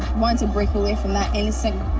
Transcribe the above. want to break away from that innocent,